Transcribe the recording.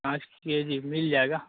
पाँच K G मिल जाएगा